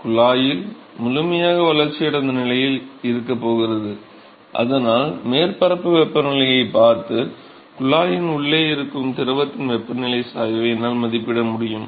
குழாயில் முழுமையாக வளர்ச்சியடைந்த நிலையாக இருக்கப் போகிறது அதனால் மேற்பரப்பு வெப்பநிலையைப் பார்த்து குழாயின் உள்ளே இருக்கும் திரவத்தின் வெப்பநிலை சாய்வை என்னால் மதிப்பிட முடியும்